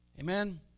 Amen